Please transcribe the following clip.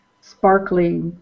sparkly